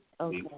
Okay